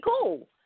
cool